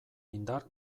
indar